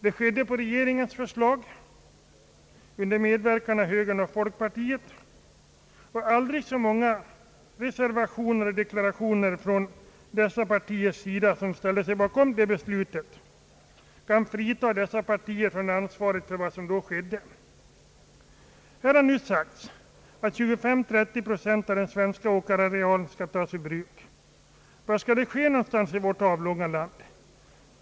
Det skedde på regeringens förslag under medverkan av högern och folk partiet, och aldrig så många reservationer och deklarationer från de partier, som ställde sig bakom beslutet, kan frita dessa partier från ansvaret för vad som då gjordes. Här har sagts att 25—30 procent av den svenska åkerarealen skall tas ur bruk. Var skall det ske någonstans i vårt avlånga land?